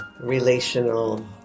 relational